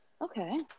Okay